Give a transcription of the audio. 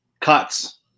cuts